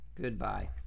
Goodbye